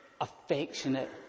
affectionate